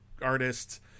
artists